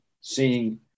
seeing